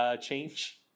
change